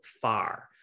far